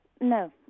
No